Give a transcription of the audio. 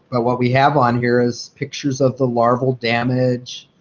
but what we have on here is pictures of the larval damage.